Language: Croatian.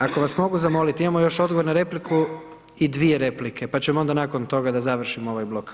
Ako vas mogu zamoliti imamo još odgovor na repliku i dvije replike pa ćemo onda nakon toga da završimo ovaj blok.